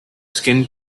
skin